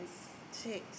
six